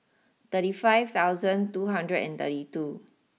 thirty five thousand two hundred and thirty two